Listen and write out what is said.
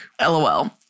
LOL